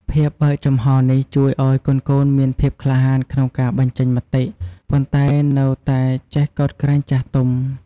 ភាពបើកចំហរនេះជួយឲ្យកូនៗមានភាពក្លាហានក្នុងការបញ្ចេញមតិ ប៉ុន្តែនៅតែចេះកោតក្រែងចាស់ទុំ។